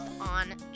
on